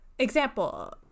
Example